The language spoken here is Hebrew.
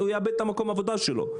הוא יאבד את מקום העבודה שלו.